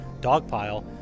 dogpile